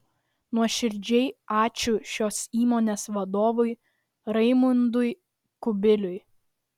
nuoširdžiai ačiū šios įmonės vadovui raimundui kubiliui